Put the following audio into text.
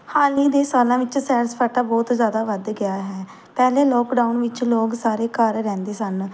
ਹਾਲ ਹੀ ਦੇ ਸਾਲਾਂ ਵਿੱਚ ਸੈਰ ਸਪਾਟਾ ਬਹੁਤ ਜ਼ਿਆਦਾ ਵੱਧ ਗਿਆ ਹੈ ਪਹਿਲਾਂ ਲੋਕਡਾਊਨ ਵਿੱਚ ਲੋਕ ਸਾਰੇ ਘਰ ਰਹਿੰਦੇ ਸਨ